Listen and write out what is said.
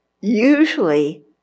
Usually